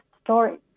story